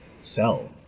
sell